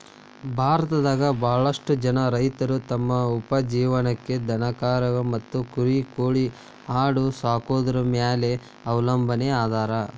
ಭಾರತದಾಗ ಬಾಳಷ್ಟು ಜನ ರೈತರು ತಮ್ಮ ಉಪಜೇವನಕ್ಕ ದನಕರಾ ಮತ್ತ ಕುರಿ ಕೋಳಿ ಆಡ ಸಾಕೊದ್ರ ಮ್ಯಾಲೆ ಅವಲಂಬನಾ ಅದಾರ